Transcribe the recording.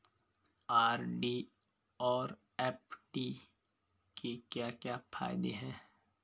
RD और FD के क्या क्या फायदे हैं?